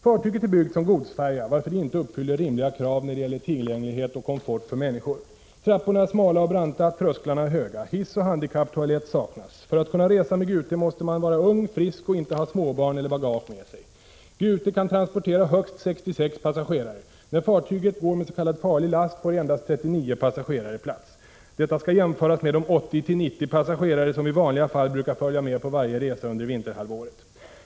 Fartyget är byggt som godsfärja, varför det inte uppfyller rimliga krav när det gäller tillgänglighet och komfort för människor. Trapporna är smala och branta. Trösklarna är höga. Hiss och handikapptoalett saknas. För att kunna resa med Gute måste man vara ung och frisk och inte ha småbarn eller bagage med sig. Gute kan transportera högst 66 passagerare. När fartyget går med s.k. farlig last får endast 39 personer plats. Detta skall jämföras med de 80-90 passagerare som i vanliga fall brukar följa med på varje resa under vinterhalvåret.